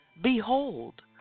Behold